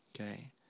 Okay